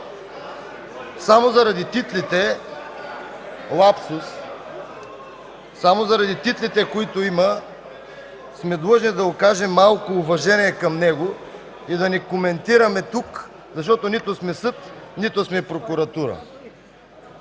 Стоян Тонев! Мисля, че само заради титлите, които има, сме длъжни да окажем малко уважение към него и да не коментираме тук, защото нито сме съд, нито сме прокуратура.